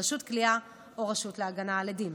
רשות כליאה או רשות להגנה על עדים.